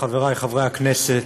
חבריי חברי הכנסת,